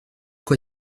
quoi